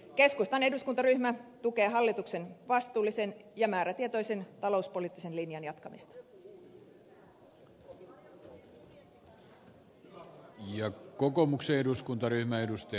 keskustan eduskuntaryhmä tukee hallituksen vastuullisen ja määrätietoisen talouspoliittisen linjan jatkamista